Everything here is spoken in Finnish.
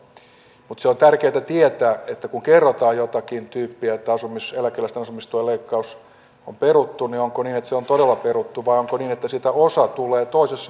mutta se on tärkeätä tietää kun kerrotaan jotakin tyyppiä että eläkeläisten asumistuen leikkaus on peruttu että onko niin että se on todella peruttu vai onko niin että siitä osa tulee toisessa muodossa